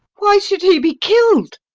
why should he be kill'd?